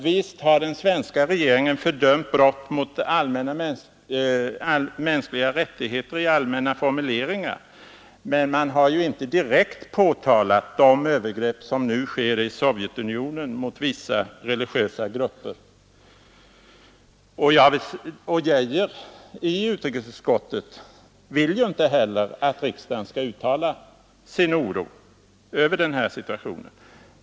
Visst har den svenska regeringen fördömt brott mot mänskliga rättigheter i allmänna formuleringar, men man har inte direkt påtalat de övergrepp som nu sker i Sovjetunionen mot vissa religiösa grupper. Herr Geijer har i utrikesutskottet sagt att han inte heller vill att riksdagen skall uttala sin oro över situationen i Sovjetunionen.